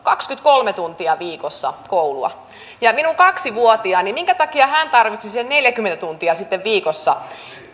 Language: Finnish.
kaksikymmentäkolme tuntia viikossa koulua ja minkä takia minun kaksi vuotiaani sitten tarvitsisi neljäkymmentä tuntia viikossa